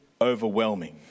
overwhelming